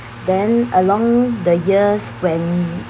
then along the years when